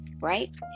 right